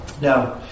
Now